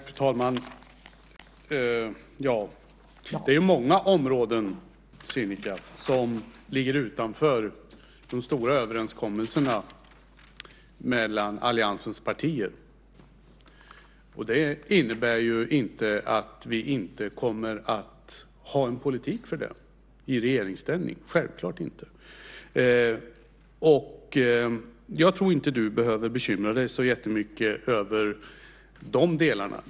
Fru talman! Det är många områden, Sinikka, som ligger utanför de stora överenskommelserna mellan alliansens partier. Det innebär ju inte att vi inte kommer att ha en politik för dem i regeringsställning, självklart inte. Jag tror inte att du behöver bekymra dig så jättemycket över de delarna.